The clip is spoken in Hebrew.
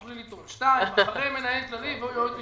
2. אחרי מנהל כללי יבוא: יועץ משפטי.